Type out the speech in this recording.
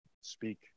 speak